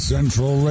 Central